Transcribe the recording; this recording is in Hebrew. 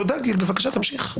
גיל, בבקשה, תמשיך.